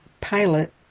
Pilot